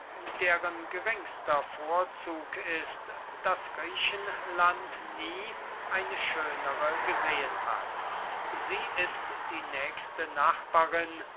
deren geringster vorzug ist daß griechenland nie eine schönere gesehen hat sie ist die nächste nachbarin